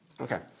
Okay